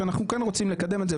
שאנחנו כן רוצים לקדם את זה.